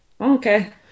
okay